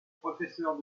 professeur